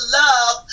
love